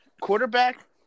Quarterback